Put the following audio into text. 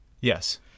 yes